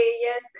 yes